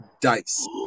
Dice